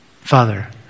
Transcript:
Father